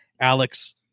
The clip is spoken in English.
alex